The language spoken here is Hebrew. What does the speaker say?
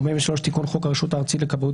סעיף 43 תיקון חוק הרשות הארצית לכבאות